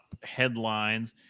headlines